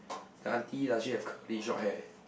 the auntie does she have curly short hair